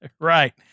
right